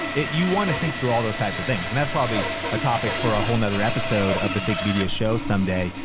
you wanna think through all those types of things. and that's probably a topic for a whole nother episode of the think media show some day.